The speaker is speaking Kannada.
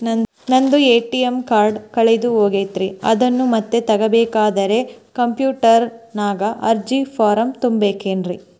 ನಂದು ಎ.ಟಿ.ಎಂ ಕಾರ್ಡ್ ಕಳೆದು ಹೋಗೈತ್ರಿ ಅದನ್ನು ಮತ್ತೆ ತಗೋಬೇಕಾದರೆ ಕಂಪ್ಯೂಟರ್ ನಾಗ ಅರ್ಜಿ ಫಾರಂ ತುಂಬಬೇಕನ್ರಿ?